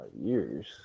years